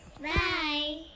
Bye